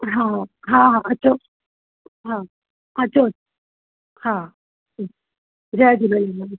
हा हा अचो हा अचो हा हा जय झूलेलाल